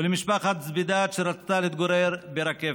ולמשפחת זבידאת, שרצתה להתגורר ברקפת.